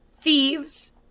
thieves